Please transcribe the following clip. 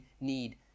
need